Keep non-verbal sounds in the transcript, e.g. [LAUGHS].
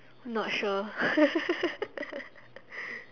not sure [LAUGHS]